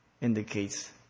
indicates